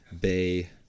bay